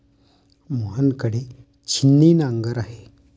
मोहन कडे छिन्नी नांगर आहे